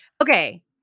Okay